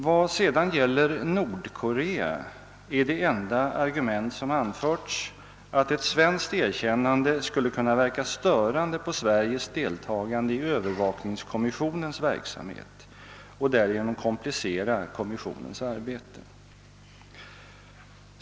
Vad sedan gäller Nordkorea är det enda argument som anförs, att ett svenskt erkännande skulle kunna verka störande på Sveriges deltagande i övervakningskommissionens verksamhet och därigenom komplicera kommissionens arbete.